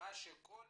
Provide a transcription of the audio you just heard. תמיכה שכל